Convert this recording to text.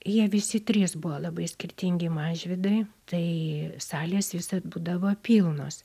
jie visi trys buvo labai skirtingi mažvydai tai salės visad būdavo pilnos